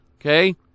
Okay